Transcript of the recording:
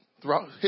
throughout